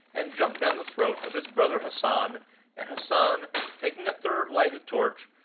and jump down the throat of his brother hassan and hassan, taking a third lighted torch,